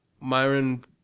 Myron